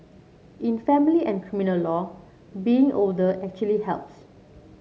in family and criminal law being older actually helps